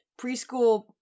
preschool